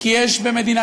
הוא חזר?